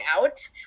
out